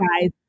guys